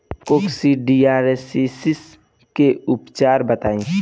Coccidiosis के उपचार बताई?